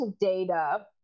data